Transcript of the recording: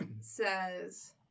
says